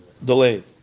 Delayed